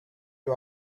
you